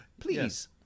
please